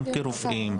גם כרופאים,